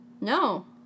No